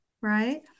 right